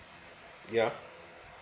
yeah